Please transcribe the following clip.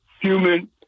human